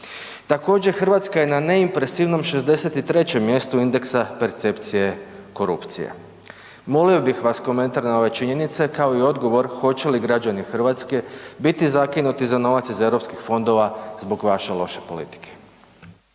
Također, Hrvatska je na neimpresivnom 63. mjestu indeksa percepcije korupcije. Molio bih vas komentar na ove činjenice, kao i odgovor hoće li građani Hrvatske biti zakinuti za novac EU zbog vaše loše politike.